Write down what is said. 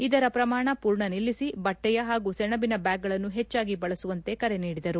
ಇದರ ಪ್ರಮಾಣ ಪೂರ್ಣ ನಿಲ್ಲಿಸಿ ಬಟ್ಲೆಯ ಹಾಗೂ ಸೆಣಬಿನ ಬ್ಲಾಗ್ಗಳನ್ನು ಹೆಚ್ಚಾಗಿ ಬಳಸುವಂತೆ ಕರೆ ನೀಡಿದರು